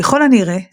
ככל הנראה,